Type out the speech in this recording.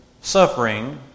suffering